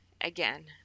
again